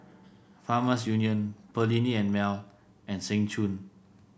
Farmers Union Perllini And Mel and Seng Choon